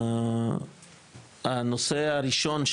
את הדיון הראשון,